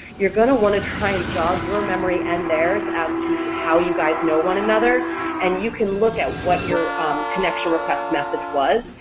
you're going to want to try and jog your memory and theirs as to how you guys know one another and you can look at what your connection request message was,